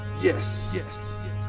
Yes